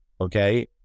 Okay